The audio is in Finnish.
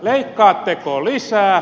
leikkaatteko lisää